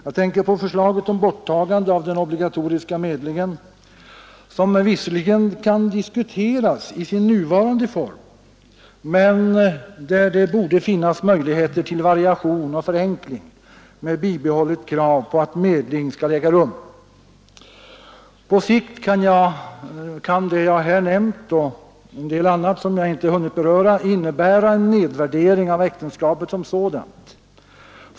Jag tänker vidare på förslaget om borttagandet av den obligatoriska medlingen, som visserligen kan diskuteras i sin nuvarande form, men som ändå borde innehålla möjligheter till variation och förenkling med bibehållet krav på att medling skall äga rum. På sikt kan det jag nu nämnt och en del annat som jag inte hunnit beröra innebära en nedvärdering av äktenskapet som sådant.